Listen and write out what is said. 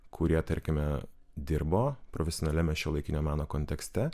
kurie tarkime dirbo profesionaliame šiuolaikinio meno kontekste